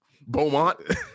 Beaumont